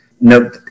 No